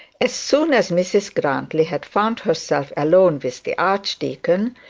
as soon as mrs grantly had found herself alone with the archdeacon,